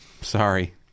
sorry